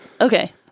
Okay